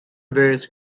various